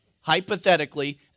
hypothetically